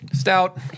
Stout